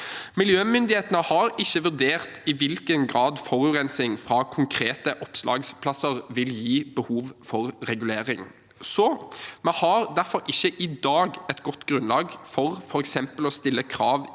Miljømyndighetene har ikke vurdert i hvilken grad forurensning fra konkrete opplagsplasser vil gi behov for regulering. Vi har derfor ikke i dag et godt grunnlag for f.eks. å stille krav